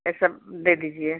यह सब दे दीजिए